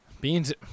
Beans